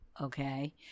Okay